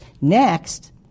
Next